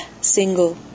single